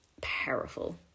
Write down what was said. powerful